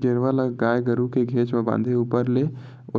गेरवा ल गाय गरु के घेंच म बांधे ऊपर ले